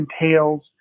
entails